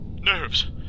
Nerves